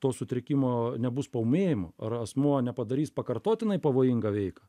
to sutrikimo nebus paūmėjimų ar asmuo nepadarys pakartotinai pavojingą veiką